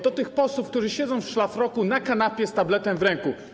Do tych posłów, którzy siedzą w szlafroku na kanapie z tabletem w ręku: